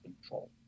control